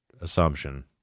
assumption